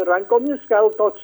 rankomis gal toks